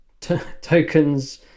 tokens